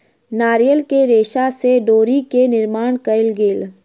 नारियल के रेशा से डोरी के निर्माण कयल गेल